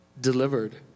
delivered